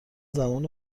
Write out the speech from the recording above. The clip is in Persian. زمان